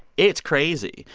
it's crazy.